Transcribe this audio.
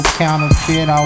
counterfeit